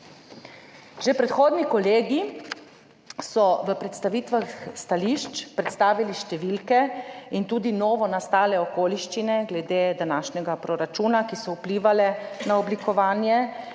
Že predhodni kolegi so v predstavitvah stališč predstavili številke in tudi novonastale okoliščine glede današnjega proračuna, ki so vplivale na oblikovanje,